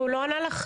והוא לא ענה לך?